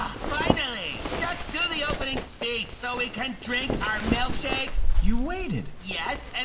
um finally! just do the opening speech so we can drink our milkshakes! you waited. yes, and